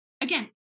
again